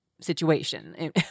situation